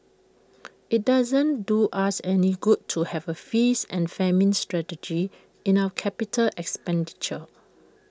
IT doesn't do us any good to have A feast and famine strategy in our capital expenditure